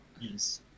yes